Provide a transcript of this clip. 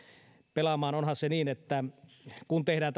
pelaamaan onhan niin että kun tehdään